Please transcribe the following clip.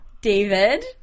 David